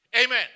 Amen